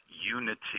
unity